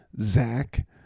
Zach